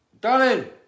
darling